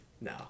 No